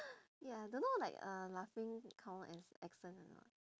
ya don't know like uh laughing count as accent or not